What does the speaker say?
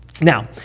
now